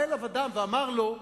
בא אליו אדם ואמר לו: